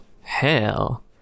hell